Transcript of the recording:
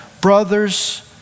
brothers